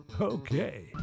Okay